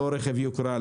לא רכב יוקרה,